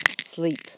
sleep